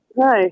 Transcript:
Hi